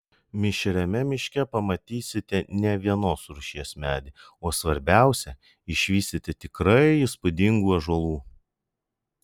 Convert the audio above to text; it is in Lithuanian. mišriame miške pamatysite ne vienos rūšies medį o svarbiausia išvysite tikrai įspūdingų ąžuolų